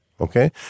okay